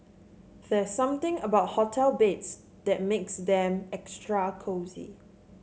there's something about hotel beds that makes them extra cosy